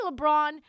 LeBron